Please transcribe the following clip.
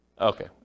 Okay